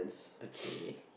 okay